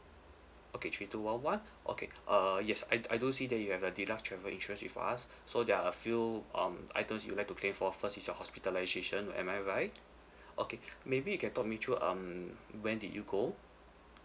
okay three two one one okay uh yes I I do see that you have a deluxe travel insurance with us so there are a few um items you would like to claim for first is your hospitalisation am I right okay maybe you can talk with me through um when did you go